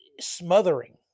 smothering